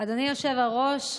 אדוני היושב-ראש,